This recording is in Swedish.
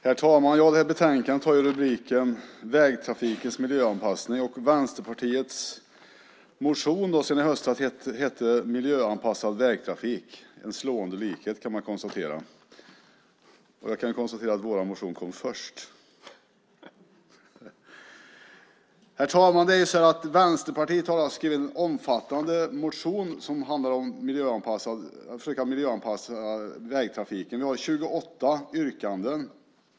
Herr talman! Det här betänkandet har rubriken Vägtrafikens miljöanpassning . Vänsterpartiets motion från i höstas heter Miljöanpassad vägtrafik . Man kan konstatera att det är en slående likhet. Jag kan också konstatera att vår motion kom först. Herr talman! Vänsterpartiet har skrivit en omfattande motion som handlar om att vi ska försöka miljöanpassa vägtrafiken. Vi har 28 yrkanden.